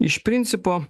iš principo